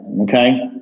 okay